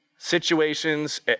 Situations